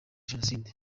jenoside